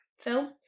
film